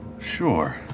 Sure